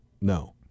no